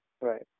Right